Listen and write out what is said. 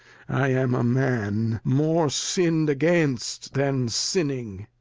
i am a man more sin'd against, than sinning.